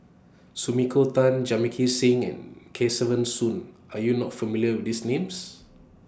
Sumiko Tan Jamit Singh and Kesavan Soon Are YOU not familiar with These Names